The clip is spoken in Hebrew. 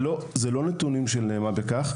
אלה לא נתונים של מה בכך.